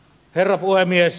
herra puhemies